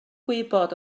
gwybod